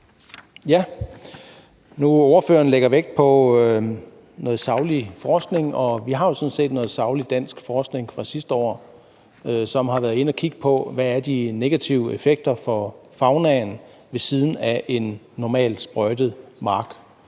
(EL): Ordføreren lægger vægt på saglig forskning, og vi har jo sådan set saglig dansk forskning fra sidste år, hvor man har været inde at kigge på, hvad de negative effekter er for faunaen ved siden af en normalsprøjtet mark.